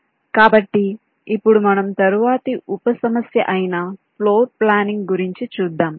కాబట్టి ఇప్పుడు మనము తరువాతి ఉప సమస్య అయిన ఫ్లోర్ ప్లానింగ్ గురించి చూద్దాం